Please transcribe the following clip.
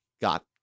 got